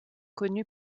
connues